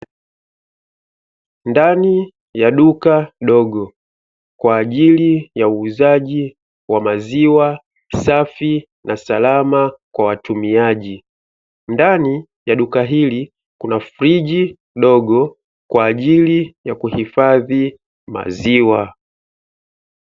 Ndani ya duka dogo kwa ajili ya uuzaji wa maziwa safi na salama kwa watumiaji, ndani ya duka hili kuna friji dogo kwa ajili ya kuhifadhi maziwa.